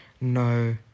No